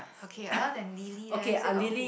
okay other than Lily leh still got who